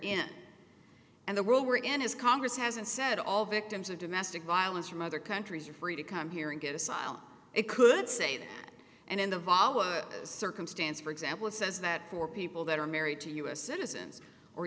in and the world we're in is congress hasn't said all victims of domestic violence from other countries are free to come here and get asylum it could say that and in the vala circumstance for example it says that for people that are married to u s citizens or